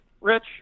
Rich